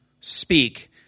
speak